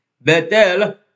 Betel